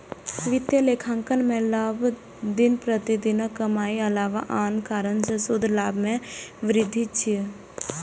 वित्तीय लेखांकन मे लाभ दिन प्रतिदिनक कमाइक अलावा आन कारण सं शुद्ध लाभ मे वृद्धि छियै